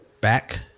back